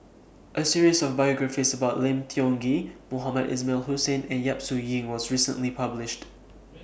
A series of biographies about Lim Tiong Ghee Mohamed Ismail Hussain and Yap Su Yin was recently published